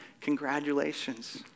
congratulations